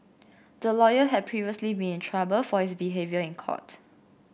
the lawyer had previously been in trouble for his behaviour in court